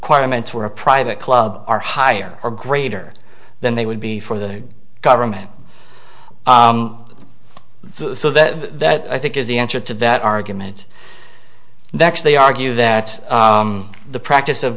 quite a mentor or a private club are higher or greater than they would be for the government that i think is the answer to that argument that they argue that the practice of